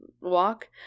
walk